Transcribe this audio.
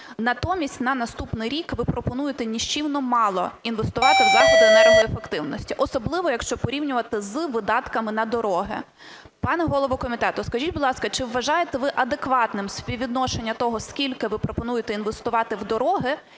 Натомість на наступний рік ви пропонуєте нищівно мало інвестувати в заходи енергоефективності, особливо якщо порівнювати з видатками на дороги. Пане голово комітету, скажіть, будь ласка, чи вважаєте ви адекватним співвідношення того, скільки ви пропонуєте інвестувати в дороги,